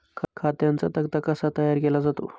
खात्यांचा तक्ता कसा तयार केला जातो?